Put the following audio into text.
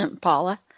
Paula